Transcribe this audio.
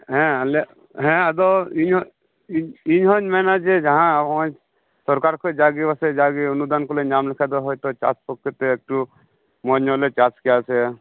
ᱦᱮᱸ ᱟᱞᱮ ᱦᱮᱸ ᱟᱫᱚ ᱤᱧᱦᱚᱸ ᱤᱧ ᱦᱚᱧ ᱢᱮᱱᱟ ᱡᱮ ᱡᱟᱦᱟᱸ ᱱᱚᱜᱼᱚᱭ ᱥᱚᱨᱠᱟᱨ ᱠᱷᱚᱱ ᱡᱟ ᱜᱮ ᱯᱟᱪᱮ ᱡᱟᱜᱮ ᱚᱱᱩᱫᱟᱱ ᱠᱚ ᱞᱮ ᱧᱟᱢ ᱞᱮᱠᱷᱟᱱ ᱫᱚ ᱦᱚᱭᱛᱳ ᱪᱟᱥ ᱯᱠᱠᱷᱮᱛᱮ ᱮᱠᱴᱩ ᱢᱚᱡᱽᱧᱚᱜ ᱞᱮ ᱪᱟᱥ ᱠᱮᱭᱟ ᱥᱮ